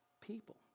people